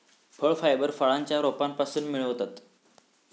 फळ फायबर फळांच्या रोपांपासून मिळवतत